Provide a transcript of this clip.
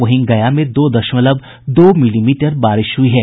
वहीं गया में दो दशमलव दो मिलीमीटर बारिश हुई है